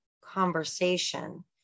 conversation